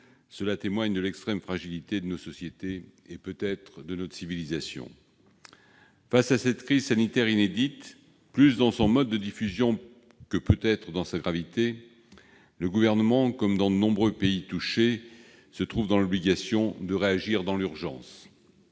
cela témoigne de l'extrême fragilité de nos sociétés, voire de notre civilisation. Face à cette crise sanitaire inédite, par son mode de diffusion plus, peut-être, que par sa gravité, le Gouvernement, comme dans de nombreux pays touchés, se trouve dans l'obligation de réagir dans l'urgence.